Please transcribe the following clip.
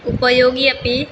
उपयोगी अपि